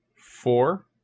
four